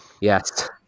Yes